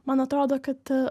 man atrodo kad